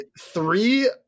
three